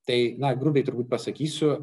tai na grubiai turbūt pasakysiu